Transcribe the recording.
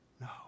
No